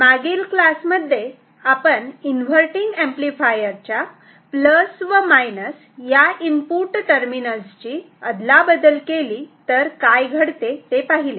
मागील क्लास मध्ये आपण इन्व्हर्टटिंग एंपलीफायर च्या प्लस व मायनस या इनपुट टर्मिनल्स ची अदलाबदल केली तर काय घडते ते पाहिले